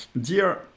dear